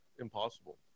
impossible